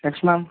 yes ma'am